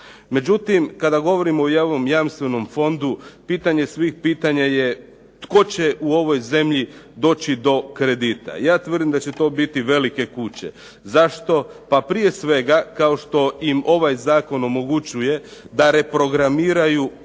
Međutim, kada govorimo o ovom jamstvenom fondu pitanje svih pitanja je tko će u ovoj zemlji doći do kredita. Ja tvrdim da će to biti velike kuće. Zašto? Pa prije svega kao što im ovaj zakon omogućuje da reprogramiraju postojeće